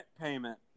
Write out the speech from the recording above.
payment